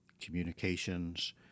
communications